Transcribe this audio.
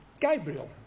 Gabriel